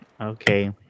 Okay